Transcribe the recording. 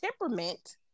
temperament